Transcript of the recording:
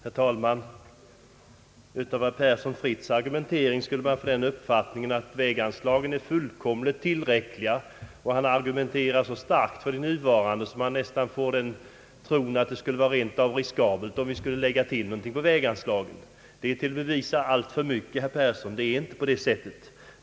Herr talman! Av herr Fritz Perssons argumentering kan man få den uppfattningen att väganslagen är fullt tillräckliga och att han skulle anse det riskabelt med ytterligare medelstilldelning. Men herr Persson försöker bevisa alltför mycket, ty det är inte så.